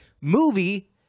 Movie